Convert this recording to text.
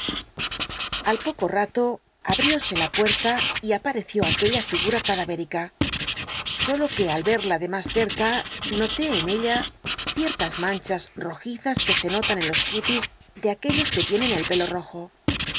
al poco tato abriósc la puerta y apareció aquella figum r adavética solo que al verla de mas cctca noté en ella cictlas manchas rojizas que se notan en los cútis de aquellos fjiic tienen el pelo rojo